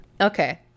Okay